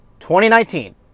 2019